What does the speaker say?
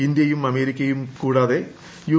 ഇന്ത്യയും അമേരിക്കയും കൂടാതെ യു